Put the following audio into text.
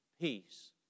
peace